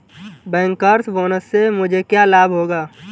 Bankers bonus से मुझे क्या लाभ होगा?